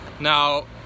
Now